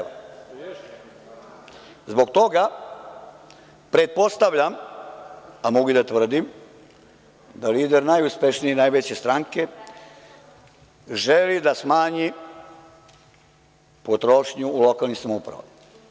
Zbog toga pretpostavljam, a mogu i da tvrdim, da lider najuspešnije i najveće stranke želi da smanji potrošnju u lokalnim samoupravama.